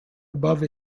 above